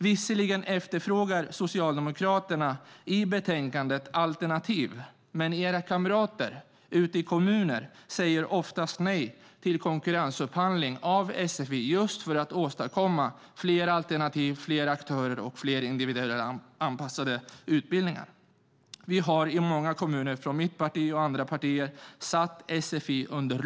Visserligen efterfrågar Socialdemokraterna i betänkandet alternativ, men era kamrater ute i kommunerna säger oftast nej till en konkurrensupphandling av sfi som skulle åstadkomma fler alternativ, fler aktörer och fler anpassade utbildningar. Mitt parti och andra partier har satt sfi under lupp i många kommuner.